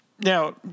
Now